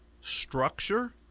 structure